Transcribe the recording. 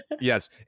Yes